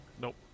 Nope